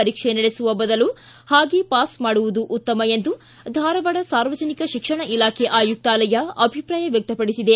ಪರೀಕ್ಷೆ ನಡೆಸುವ ಬದಲು ಹಾಗೇ ಪಾಸ್ ಮಾಡುವುದು ಉತ್ತಮ ಎಂದು ಧಾರವಾಡ ಸಾರ್ವಜನಿಕ ಶಿಕ್ಷಣ ಇಲಾಖೆ ಆಯುಕ್ತಾಲಯ ಅಭಿಪ್ರಾಯ ವ್ವಕ್ತಪಡಿಸಿದೆ